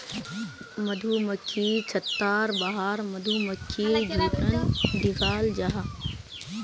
मधुमक्खिर छत्तार बाहर मधुमक्खीर झुण्ड दखाल जाहा